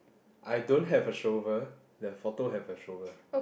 I don't have a shovel the photo have a shovel